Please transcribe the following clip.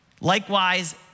Likewise